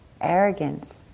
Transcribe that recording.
arrogance